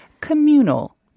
communal